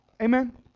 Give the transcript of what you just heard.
Amen